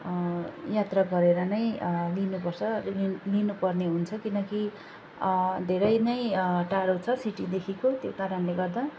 यात्रा गरेर नै लिनुपर्छ लिनुपर्ने हुन्छ किनकि धेरै नै टाढो छ सिटीदेखिको त्यो कारणले गर्दा